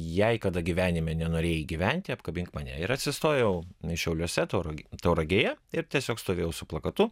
jei kada gyvenime nenorėjai gyventi apkabink mane ir atsistojau šiauliuose taurag tauragėje ir tiesiog stovėjau su plakatu